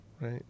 Right